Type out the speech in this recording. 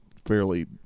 fairly